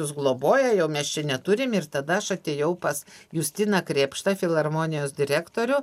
jus globoja jau mes čia neturim ir tada aš atėjau pas justiną krėpštą filharmonijos direktorių